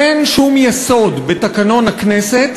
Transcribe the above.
אין שום יסוד בתקנון הכנסת